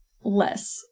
less